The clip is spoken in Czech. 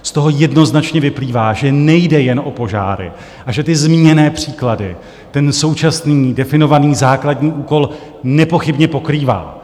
Z toho jednoznačně vyplývá, že nejde jen o požáry a že zmíněné příklady současný definovaný základní úkol nepochybně pokrývá.